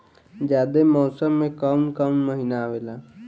जायद मौसम में काउन काउन महीना आवेला?